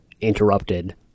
interrupted